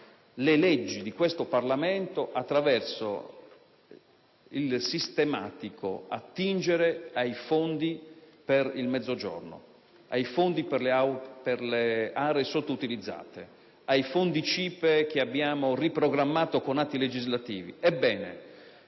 le leggi di questo Parlamento attraverso il sistematico attingere ai fondi per il Mezzogiorno, ai fondi per le aree sottoutilizzate e ai fondi CIPE, che abbiamo riprogrammato con atti legislativi. Ebbene,